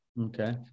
Okay